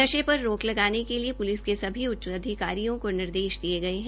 नशे पर रोक लगाने के लिए पुलिस के सभी उच्च अधिकारियों को निर्देश दिये गए हैं